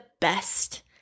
best